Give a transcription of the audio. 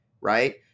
right